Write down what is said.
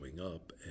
up